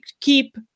keep